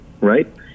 right